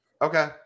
Okay